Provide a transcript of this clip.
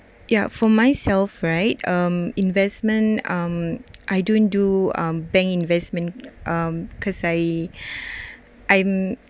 ya for myself right um investment um I don't do um bank investment um cause I I'm